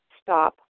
stop